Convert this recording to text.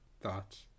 thoughts